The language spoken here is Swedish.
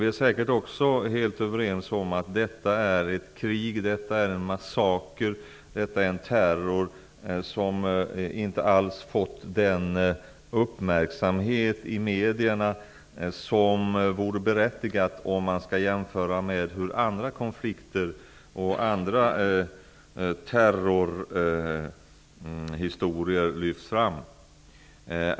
Vi är säkert också helt överens om att detta är ett krig, en massaker, en terror som inte alls fått den uppmärksamhet i medierna som vore berättigat, om vi skall jämföra med hur andra konflikter och andra terrorhistorier lyfts fram.